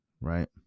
right